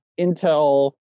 Intel